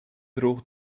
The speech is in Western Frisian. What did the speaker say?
drûch